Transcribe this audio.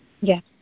Yes